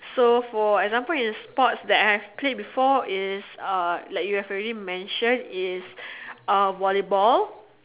so for example in sports that I've played before is uh like you have already mentioned is uh volleyball